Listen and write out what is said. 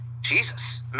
Jesus